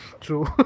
true